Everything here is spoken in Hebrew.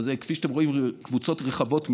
שכפי שאתם רואים אלה קבוצות רחבות מאוד,